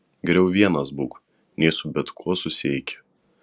geriau vienas būk nei su bet kuo susieiki